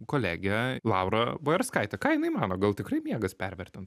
kolegę laurą bojarskaitę ką jinai mano gal tikrai miegas pervertinta